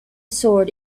sword